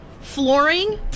flooring